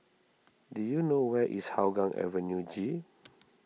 do you know where is Hougang Avenue G